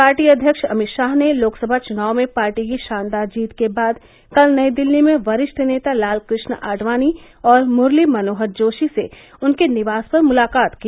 party अध्यक्ष अमित शाह ने लोकसभा चुनाव में पार्टी की शानदार जीत के बाद कल नई दिल्ली में वरिष्ठ नेता लाल कृष्ण आडवाणी और मुरली मनोहर जोशी से उनके निवास पर मुलाकात की